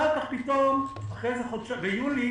ביולי